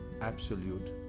absolute